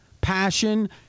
passion